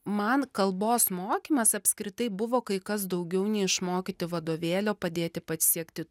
man kalbos mokymas apskritai buvo kai kas daugiau nei išmokyti vadovėlio padėti pasiekti